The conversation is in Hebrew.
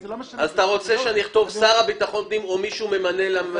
אתה רוצה שאני אכתוב את השר לביטחון פנים או מי שהוא ממנה למטרה?